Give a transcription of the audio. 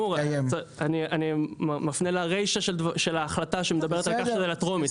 אני מפנה לרישה של ההחלטה שמדברת על כך שזה לקריאה טרומית.